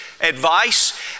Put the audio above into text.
advice